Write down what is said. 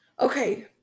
Okay